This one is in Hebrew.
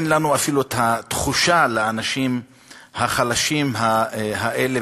אין לנו אפילו תחושה לאנשים החלשים האלה,